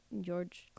George